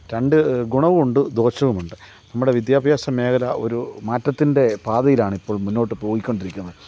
രണ്ട് ഗുണവും ഉണ്ട് ദോഷവുമുണ്ട് നമ്മുടെ വിദ്യാഭ്യാസ മേഖല ഒരു മാറ്റത്തിന്റെ പാതയിലാണിപ്പോള് മുന്നോട്ടുപോയിക്കൊണ്ടിരിക്കുന്നത്